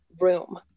room